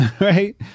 right